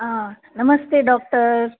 हा नमस्ते डोक्टर्